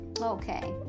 Okay